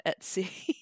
Etsy